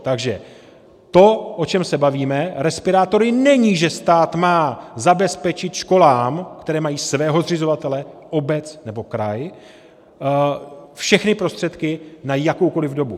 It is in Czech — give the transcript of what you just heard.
Takže to, o čem se bavíme, respirátory, není, že stát má zabezpečit školám, které mají svého zřizovatele obec nebo kraj, všechny prostředky na jakoukoliv dobu.